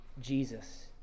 Jesus